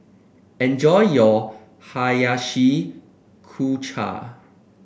enjoy your Hiyashi Chuka